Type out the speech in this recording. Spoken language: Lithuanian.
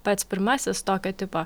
pats pirmasis tokio tipo